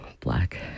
black